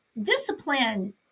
discipline